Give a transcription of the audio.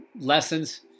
lessons